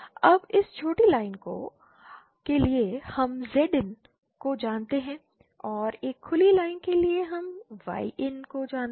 अब इस छोटी लाइन के लिए हम Zin को जानते हैं और एक खुली लाइन के लिए हम Yin को जानते हैं